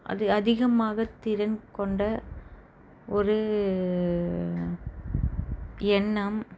அது அதிகமாக திறன் கொண்ட ஒரு எண்ணம்